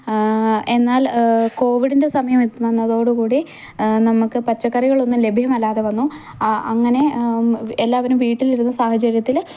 എന്നാൽ കോവിഡിൻ്റെ സമയം വന്നതോടുകൂടി നമ്മൾക്ക് പച്ചക്കറികളൊന്നും ലഭ്യമല്ലാതെവന്നു അങ്ങനെ എല്ലാവരും വീട്ടിലിരുന്ന സാഹചര്യത്തിൽ